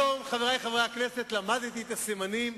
היום, חברי חברי הכנסת, למדתי את הסימנים.